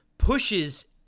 pushes